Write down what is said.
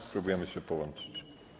Spróbujemy się połączyć.